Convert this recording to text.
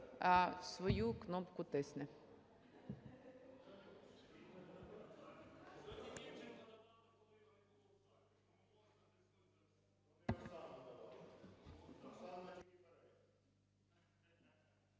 свою кнопку тисне.